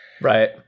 Right